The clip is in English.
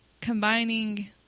combining